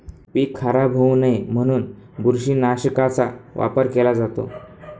पीक खराब होऊ नये म्हणून बुरशीनाशकाचा वापर केला जातो